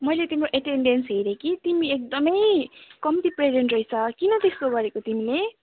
मैले तिम्रो एटेन्डेन्स हेरेँ कि तिमी एकदमै कम्ती प्रेजेन्ट रहेछौ किन त्यस्तो गरेको तिमीले